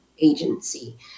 agency